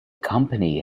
company